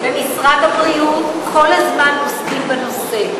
במשרד הבריאות כל הזמן עוסקים בנושא.